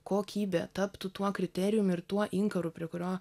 kokybė taptų tuo kriterijumi ir tuo inkaru prie kurio